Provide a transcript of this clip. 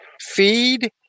feed